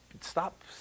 Stop